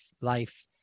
life